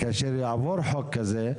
כאשר יעבור חוק כזה,